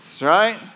right